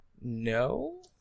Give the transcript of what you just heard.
no